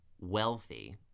wealthy